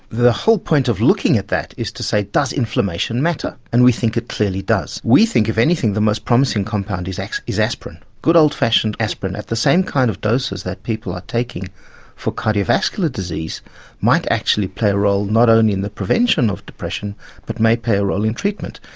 the whole point of looking at that is to say does inflammation matter and we think it clearly does. we think if anything the most promising compound is aspirin, good old fashioned aspirin at the same kind of doses that people are taking for cardiovascular disease might actually play a role not only in the prevention of depression but may play a role in treatment.